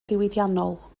diwydiannol